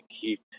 keep